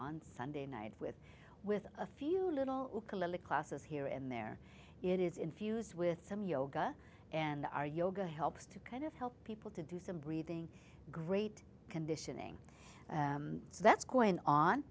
on sunday night with with a few little classes here and there it is infused with some yoga and our yoga helps to kind of help people to do some breathing great conditioning that's going on